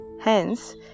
Hence